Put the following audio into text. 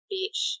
Beach